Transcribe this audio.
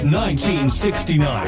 1969